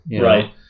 right